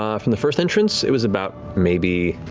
um from the first entrance, it was about maybe